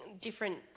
different